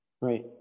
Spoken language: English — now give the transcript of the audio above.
right